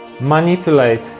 manipulate